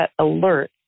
alert